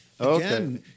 Okay